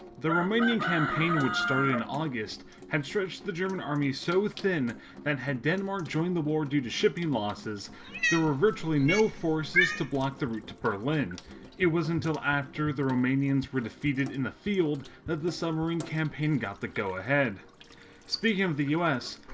the remaining campaign would start in august had stretched the german army so thin that had denmark joined the war due to shipping losses there were virtually no forces to block the route to berlin it was until after the romanians were defeated in the field that the submarine campaign got the go-ahead speaking of the u s.